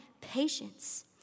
patience